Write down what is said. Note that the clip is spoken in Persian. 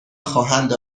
خواهند